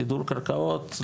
סידור קרקעות.